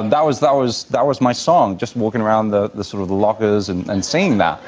and that was that was that was my song, just walking around the the sort of the lockers and and saying that